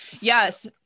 yes